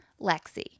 Lexi